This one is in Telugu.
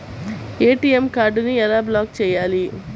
ఏ.టీ.ఎం కార్డుని ఎలా బ్లాక్ చేయాలి?